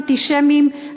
אנטישמיים,